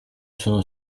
sono